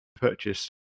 purchase